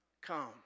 come